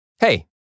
Hey